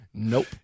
Nope